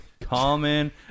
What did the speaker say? Common